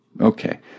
Okay